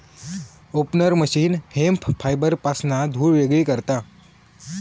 opener machine hemp फायबरपासना धुळ वेगळी करता